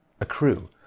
accrue